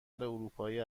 اروپایی